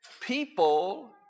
People